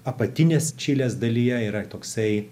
apatinės čilės dalyje yra toksai